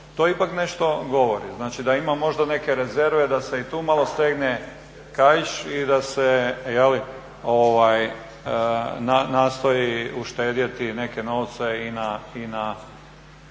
To ipak nešto govori. Znači, da ima možda neke rezerve da se i tu malo stegne … i da se, je li, nastoji uštedjeti neke novce i na,